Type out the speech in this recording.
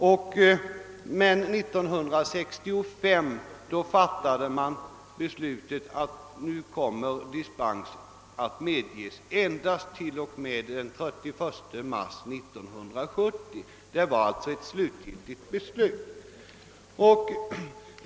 Men 1965 fattade man det beslutet att dispens skulle komma att beviljas endast för tiden t.o.m. den 31 mars 1970. Det var alltså ett slutgiltigt beslut.